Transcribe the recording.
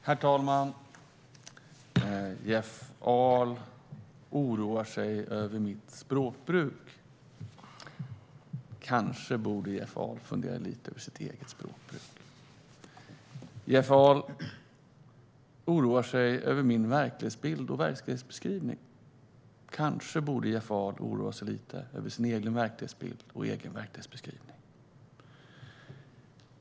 Herr talman! Jeff Ahl oroar sig över mitt språkbruk. Kanske borde Jeff Ahl fundera lite över sitt eget språkbruk. Jeff Ahl oroar sig över min verklighetsbild och verklighetsbeskrivning. Kanske borde Jeff Ahl oroa sig lite över sin egen verklighetsbild och sin egen verklighetsbeskrivning.